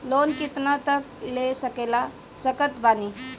Loan कितना तक ले सकत बानी?